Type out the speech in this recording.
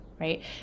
Right